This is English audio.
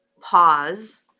pause